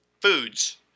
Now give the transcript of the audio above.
foods